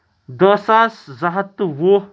دہ ساس زٕ ہَتھ تہٕ وُہ